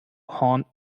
horn